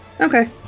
Okay